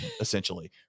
essentially